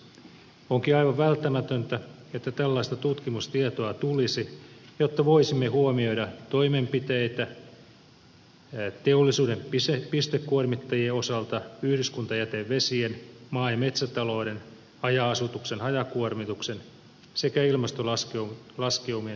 onkin aivan välttämätöntä että tällaista tutkimustietoa tulisi jotta voisimme huomioida toimenpiteitä teollisuuden pistekuormittajien osalta yhdyskuntajätevesien maa ja metsätalouden haja asutuksen hajakuormituksen sekä ilmastolaskeumien vaikutusten osalta